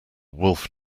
wolf